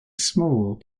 small